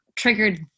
triggered